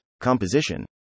composition